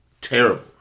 terrible